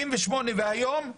1978 והיום,